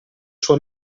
suo